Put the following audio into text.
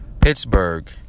Pittsburgh